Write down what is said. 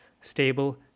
stable